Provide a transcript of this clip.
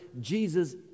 Jesus